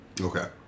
Okay